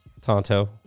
Tonto